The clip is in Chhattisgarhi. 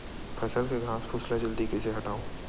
फसल के घासफुस ल जल्दी कइसे हटाव?